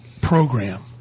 program